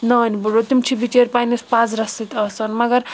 نانۍ بٔڑبَب تِم چھِ بِچٲر پَننس پزرس سۭتۍ آسان مگر